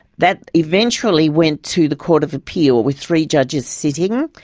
that eventually went to the court of appeal with three judges sitting.